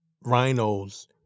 rhinos